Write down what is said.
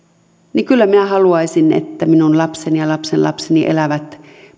että kyllä minä haluaisin että minun lapseni ja lapsenlapseni elävät